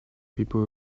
people